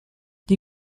die